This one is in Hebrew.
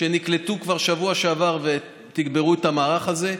והם נקלטו כבר בשבוע שעבר ותגברו את המערך הזה.